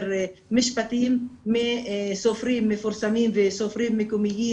משפטים מסופרים מפורסמים וסופרים מקומיים,